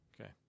Okay